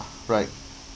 right